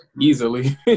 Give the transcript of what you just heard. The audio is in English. Easily